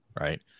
Right